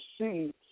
see